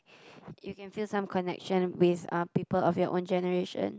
you can feel some connection with uh people of your own generation